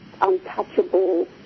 untouchable